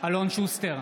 אלון שוסטר,